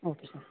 okay sir